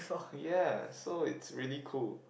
ya so it's really cool